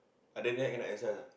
after that cannot exercise ah